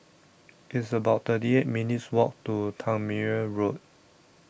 It's about thirty eight minutes' Walk to Tangmere Road